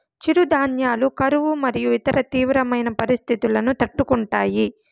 చిరుధాన్యాలు కరువు మరియు ఇతర తీవ్రమైన పరిస్తితులను తట్టుకుంటాయి